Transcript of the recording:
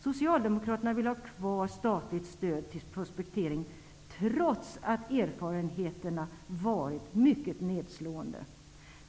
Socialdemokraterna vill ha kvar statligt stöd till prospektering, trots att erfarenheterna har varit mycket nedslående.